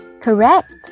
Correct